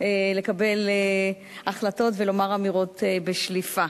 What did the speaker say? לקבל החלטות ולומר אמירות בשליפה.